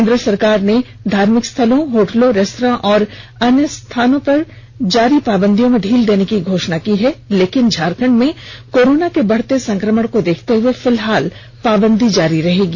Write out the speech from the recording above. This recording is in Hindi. केन्द्र सरकार ने धार्मिक स्थलों होटलो रेस्त्रां और अन्य स्थलों में जारी पावंदियों में ढील देने की घोषणा की है लेकिन राज्य में कोरोना के बढते संक्रमण को देखते हुए फिलहाल पाबंदी जारी रहेगी